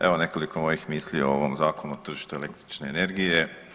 Evo nekoliko mojih misli o ovom Zakonu o tržištu električne energije.